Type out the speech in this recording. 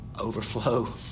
overflow